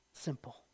Simple